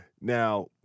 Now